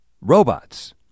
robots